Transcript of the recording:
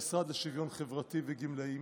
המשרד לשוויון חברתי וגמלאים,